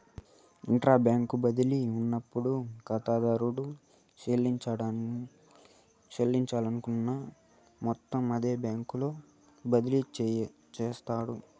intra bank బదిలీ ఉన్నప్పుడు కాతాదారుడు సెల్లించాలనుకున్న మొత్తం అదే బ్యాంకులోకి బదిలీ సేయబడతాది